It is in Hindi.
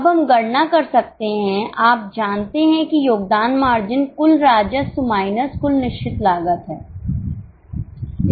अब हम गणना कर सकते हैं आप जानते हैं कि योगदान मार्जिन कुल राजस्व माइनस कुल निश्चित लागत है